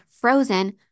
frozen